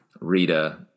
Rita